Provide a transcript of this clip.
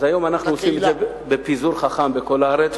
אז היום אנחנו עושים את זה בפיזור חכם בכל הארץ,